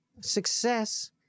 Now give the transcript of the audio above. success